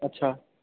अच्छा